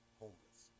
homeless